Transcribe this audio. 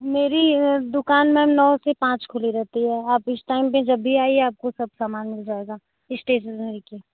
मेरी दुकान मैम नौ से पाँच खुली रहती है आप इस टाइम पर जब भी आइए आपको सब सामान मिल जाएगा इस्टेसनरी के